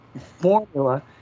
formula